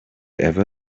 ever